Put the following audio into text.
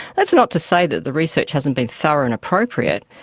that's not to say that the research hasn't been thorough and appropriate,